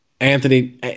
Anthony